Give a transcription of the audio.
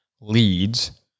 leads